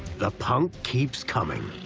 the punk keeps coming.